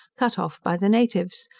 cut off by the natives,